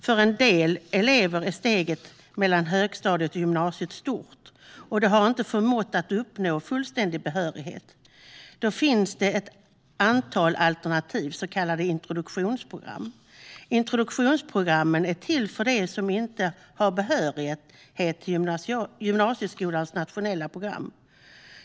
För en del elever är steget mellan högstadiet och gymnasiet stort, och de har inte förmått att uppnå fullständig behörighet. Då finns det ett antal alternativ, så kallade introduktionsprogram. Introduktionsprogrammen är till för dem som inte har behörighet till gymnasieskolans nationella program.